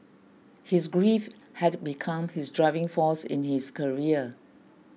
his grief had become his driving force in his career